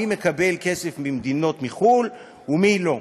מי מקבל כסף ממדינות בחו"ל ומי לא.